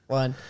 one